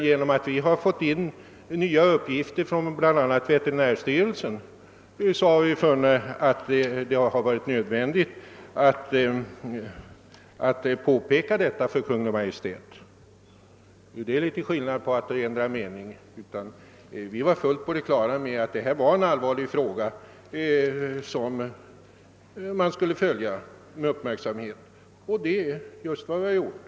Genom att vi har fått in nya uppgifter från bl.a. veterinärstyrelsen har vi funnit det nödvändigt att påpeka saken för Kungl. Maj:t. Det är något annat än att ändra mening. Vi var redan förut fullt på det klara med att detta var en allvarlig fråga som borde följas med uppmärksamhet, och det var just vad vi gjorde.